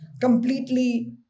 completely